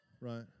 right